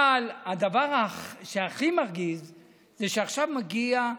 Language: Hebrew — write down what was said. אבל הדבר שהכי מרגיז זה שעכשיו מגיעים